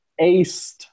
aced